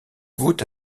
goûte